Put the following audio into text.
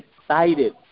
excited